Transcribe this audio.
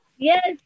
Yes